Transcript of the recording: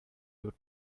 would